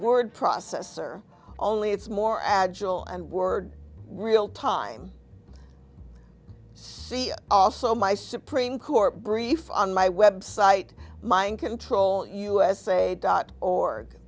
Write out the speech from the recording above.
word processor only it's more agile and word real time see also my supreme court brief on my website mind control usa dot org